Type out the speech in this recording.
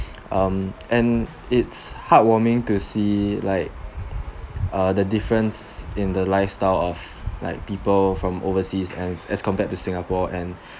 um and it's heartwarming to see like uh the difference in the lifestyle of like people from overseas and as compared to singapore and